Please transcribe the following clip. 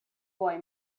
boy